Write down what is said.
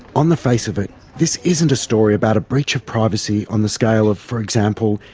on the face of it this isn't a story about a breach of privacy on the scale of, for example,